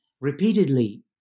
repeatedly